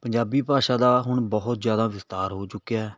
ਪੰਜਾਬੀ ਭਾਸ਼ਾ ਦਾ ਹੁਣ ਬਹੁਤ ਜ਼ਿਆਦਾ ਵਿਸਥਾਰ ਹੋ ਚੁੱਕਿਆ